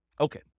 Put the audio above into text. Okay